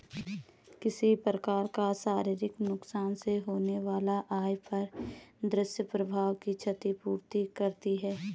किसी प्रकार का शारीरिक नुकसान से होने वाला आय पर दुष्प्रभाव की क्षति पूर्ति करती है